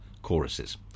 choruses